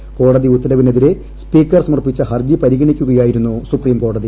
ക്ട്ടട്ട്തി ഉത്തരവിനെതിരെ സ്പീക്കർ സമർപ്പിച്ച ഹർജി പരിഗ്രണിക്കുകയായിരുന്നു സുപ്രീം കോടതി